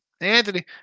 Anthony